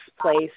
place